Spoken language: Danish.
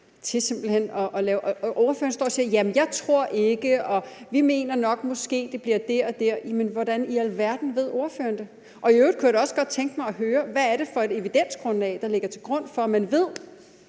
simpelt hen kan lave det. Og ordføreren står her og siger: Jamen jeg tror ikke ... og vi mener nok måske, at det bliver der og der. Men hvordan i alverden ved ordføreren det? I øvrigt kunne jeg da også godt tænke mig at høre, hvad det er for et evidensgrundlag, der er for, at man ved,